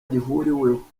gihuriweho